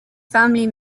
family